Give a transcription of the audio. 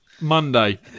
Monday